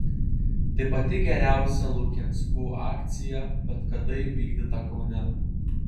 tai pati geriausia lukianskų akcija bet kada įvykdyta kaune